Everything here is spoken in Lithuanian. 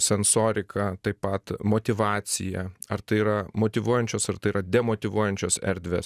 sensoriką taip pat motyvaciją ar tai yra motyvuojančios ar tai yra demotyvuojančios erdvės